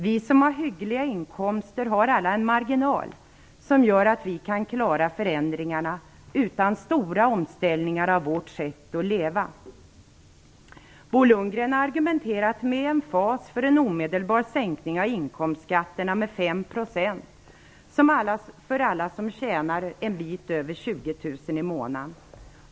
Vi som har hyggliga inkomster har alla en marginal, som gör att vi kan klara förändringarna utan stora omställningar i vårt sätt att leva. Bo Lundgren har argumenterat med emfas för en omedelbar sänkning av inkomstskatterna med 5 % för alla som tjänar en bit över 20 000 kr i månaden.